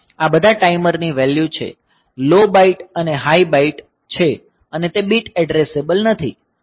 આ બધા ટાઈમર ની વેલ્યુ છે લો બાઈટ અને હાઈ બાઈટ છે અને તે બીટ એડ્રેસેબલ નથી